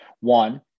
one